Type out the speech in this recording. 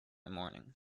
morning